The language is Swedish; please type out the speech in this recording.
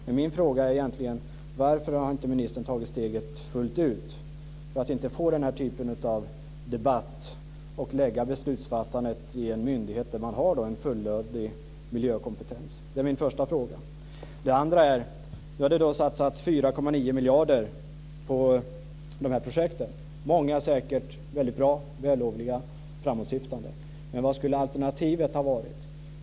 Men min fråga är egentligen: Varför har ministern inte tagit steget fullt ut, för att inte få den här typen av debatt, och lagt beslutsfattandet i en myndighet där man har en fullödig miljökompetens? Det är min första fråga. Det har satsats 4,9 miljarder på dessa projekt. Många är säkert väldigt bra, vällovliga och framåtsyftande. Men vad skulle alternativet ha varit?